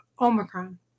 Omicron